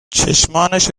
چشمانش